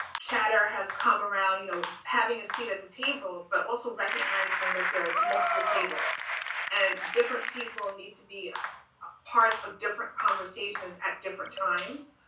chatter has come around, you know, having a seat at the table, but also recognizing that there's multiple tables and different people need to be ah ah parts of different conversations at different times.